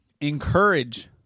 encourage